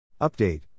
Update